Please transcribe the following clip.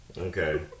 Okay